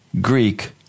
Greek